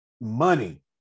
Money